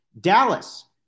Dallas